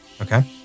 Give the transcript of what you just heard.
Okay